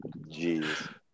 Jeez